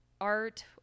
art